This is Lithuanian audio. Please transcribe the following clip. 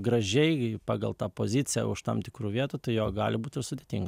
gražiai pagal tą poziciją už tam tikrų vietų tai jo gali būt ir sudėtinga